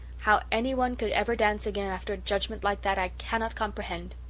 how any one could ever dance aga' after a judgment like that i cannot comprehend.